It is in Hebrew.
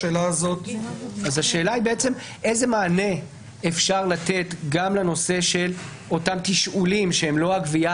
השאלה היא איזה מענה אפשר לתת גם לנושא של אותם תשאולים שהם לא גביית